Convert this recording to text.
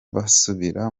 basubira